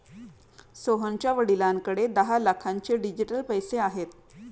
सोहनच्या वडिलांकडे दहा लाखांचे डिजिटल पैसे आहेत